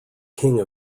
king